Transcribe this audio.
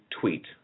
tweet